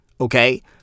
Okay